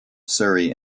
surrey